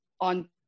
on